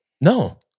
No